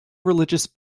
religious